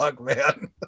man